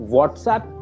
WhatsApp